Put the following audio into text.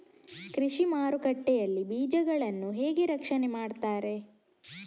ಕೃಷಿ ಮಾರುಕಟ್ಟೆ ಯಲ್ಲಿ ಬೀಜಗಳನ್ನು ಹೇಗೆ ರಕ್ಷಣೆ ಮಾಡ್ತಾರೆ?